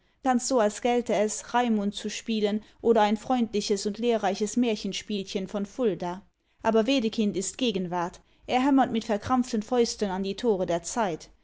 ganz so als gelte es raimund zu spielen oder ein freundliches und lehrreiches märchenspielchen von fulda aber wedekind ist gegenwart er hämmert mit verkrampften fäusten an die tore der zeit